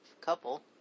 Couple